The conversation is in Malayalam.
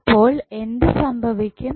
അപ്പോൾ എന്തു സംഭവിക്കും